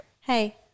Hey